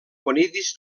conidis